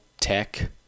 tech